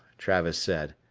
travis said.